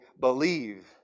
believe